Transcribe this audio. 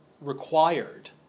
required